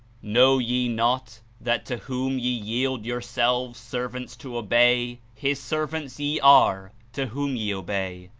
know ye not that to whom ye yield your selves servants to obey, his servants ye are to whom ye obey,